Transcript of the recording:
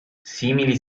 simili